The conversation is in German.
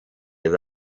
the